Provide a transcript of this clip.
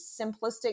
simplistic